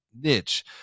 niche